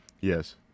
Yes